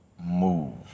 Move